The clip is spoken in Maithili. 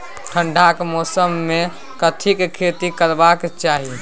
ठंडाक मौसम मे कथिक खेती करबाक चाही?